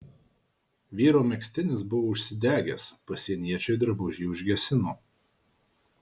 vyro megztinis buvo užsidegęs pasieniečiai drabužį užgesino